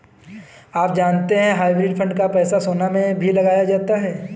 आप जानते है हाइब्रिड फंड का पैसा सोना में भी लगाया जाता है?